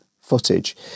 footage